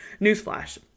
newsflash